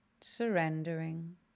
Surrendering